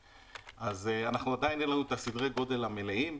אז עדיין אין לנו את סדרי הגודל המלאים.